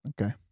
okay